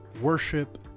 worship